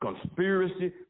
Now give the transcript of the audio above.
conspiracy